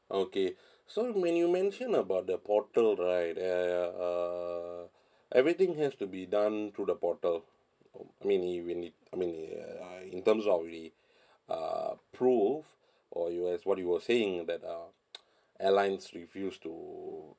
okay so when you mention about the portal right uh uh everything has to be done through the portal I mean uh in terms of the uh prove or you as what you were saying that uh airlines refused to